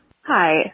Hi